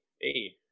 Hey